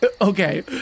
Okay